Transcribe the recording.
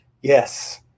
Yes